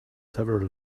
several